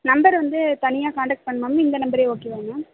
number வந்து தனியாக contact பண்ணுமா மேம் இந்த நம்பரே ஓகேவா மேம்